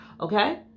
okay